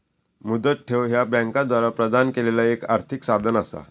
मुदत ठेव ह्या बँकांद्वारा प्रदान केलेला एक आर्थिक साधन असा